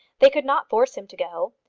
they could not force him to go.